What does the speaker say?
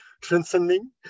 transcending